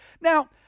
Now